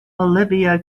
olivia